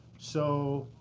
so